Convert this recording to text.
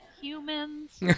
humans